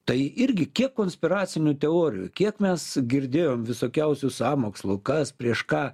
tai irgi kiek konspiracinių teorijų kiek mes girdėjom visokiausių sąmokslų kas prieš ką